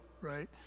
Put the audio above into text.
right